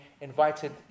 invited